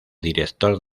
director